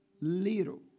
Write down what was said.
little